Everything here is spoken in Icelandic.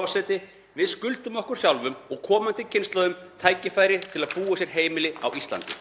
Forseti. Við skuldum okkur sjálfum og komandi kynslóðum tækifæri til að búa sér heimili á Íslandi.